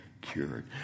cured